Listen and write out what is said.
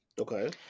Okay